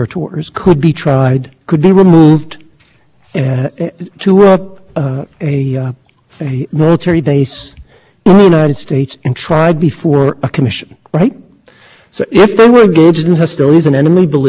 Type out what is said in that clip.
what happened in sharif at the at the what the court did at the end of its opinion was remand to the seventh circuit to determine whether the article three claim had been forced but that's after the court had concluded that there was no structural article three problems because of the way the